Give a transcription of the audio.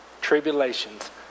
tribulations